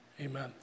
amen